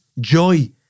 joy